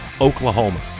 Oklahoma